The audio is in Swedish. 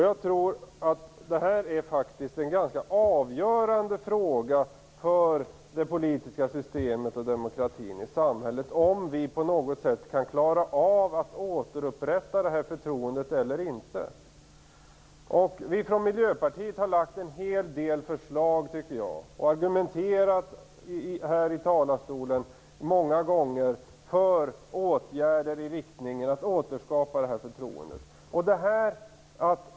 Jag tror att en ganska avgörande fråga för det politiska systemet och för demokratin i samhället är om vi på något sätt kan klara av att återupprätta förtroendet eller inte. Vi i Miljöpartiet har lagt fram en hel del förslag och har många gånger argumenterat här i talarstolen för åtgärder som skall återskapa förtroendet.